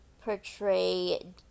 portray